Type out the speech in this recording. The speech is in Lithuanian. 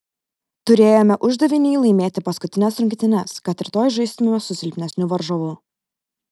turėjome uždavinį laimėti paskutines rungtynes kad rytoj žaistumėme su silpnesniu varžovu